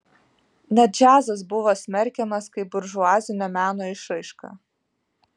net džiazas buvo smerkiamas kaip buržuazinio meno išraiška